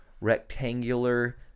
rectangular